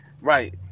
Right